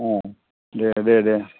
ए दे दे दे